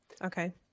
Okay